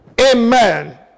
Amen